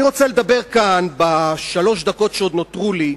אני רוצה לדבר כאן, בשלוש דקות שעוד נותרו לי,